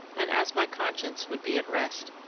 and, as my conscience would be at rest,